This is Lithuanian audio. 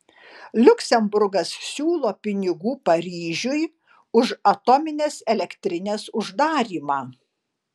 liuksemburgas siūlo pinigų paryžiui už atominės elektrinės uždarymą